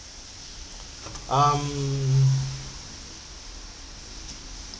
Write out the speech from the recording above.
um